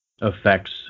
affects